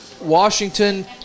Washington